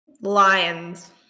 Lions